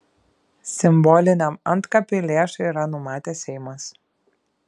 simboliniam antkapiui lėšų yra numatęs seimas